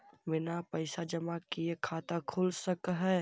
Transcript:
बिना पैसा जमा किए खाता खुल सक है?